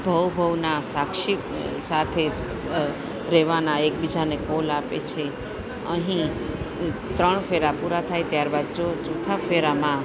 ભવ ભવના સાક્ષી સાથે રહેવાના એકબીજાને કોલ આપે છે અહીં ત્રણ ફેરા પૂરા થાય ત્યારબાદ ચ ચો ચોથા ફેરામાં